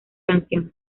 canción